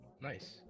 Nice